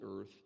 earth